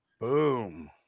Boom